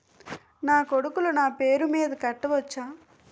నా కొడుకులు నా పేరి మీద కట్ట వచ్చా?